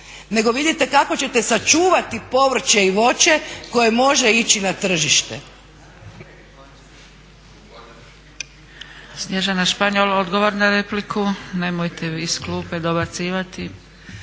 Nego vidite kako ćete sačuvati povrće i voće koje može ići na tržište.